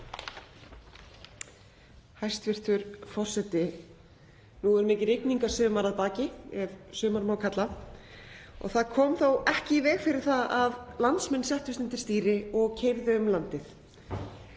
Hæstv. forseti. Nú er mikið rigningarsumar að baki, ef sumar má kalla. Það kom þó ekki í veg fyrir að landsmenn settust undir stýri og keyrðu um landið.